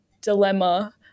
dilemma